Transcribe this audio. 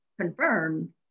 confirmed